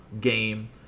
game